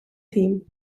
team